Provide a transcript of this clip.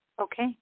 Okay